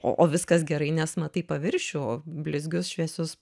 o o viskas gerai nes matai paviršių o blizgius šviesius